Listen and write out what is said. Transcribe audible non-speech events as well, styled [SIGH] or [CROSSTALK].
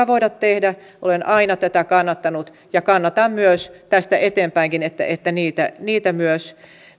[UNINTELLIGIBLE] voida tehdä olen aina tätä kannattanut ja kannatan myös tästä eteenpäinkin että että niitä niitä myös